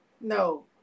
No